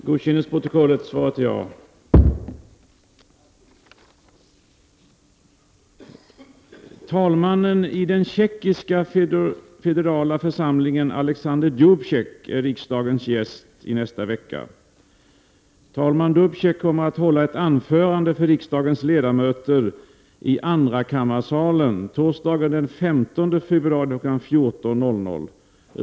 Före dagens debatt får jag meddela följande. Talmannen i den tjeckoslovakiska federala församlingen Alexander Dubé&ek är riksdagens gäst i nästa vecka. Talman Dubtek kommer att hålla ett anförande för riksdagens ledamöter i andrakammarsalen torsdagen den 15 februari kl. 14.00.